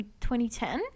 2010